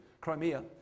Crimea